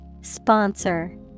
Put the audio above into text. Sponsor